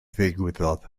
ddigwyddodd